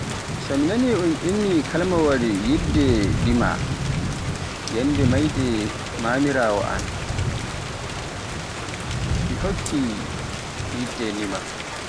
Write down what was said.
So mi naani un inni kalimawaal Yiɗde Ndima, yannde mayde mamiraawoo am, mo hokki Yiɗde Ndima.